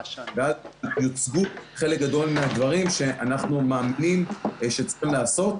ויוצגו חלק גדל מהדברים שאנחנו מאמינים שצריכים להיעשות.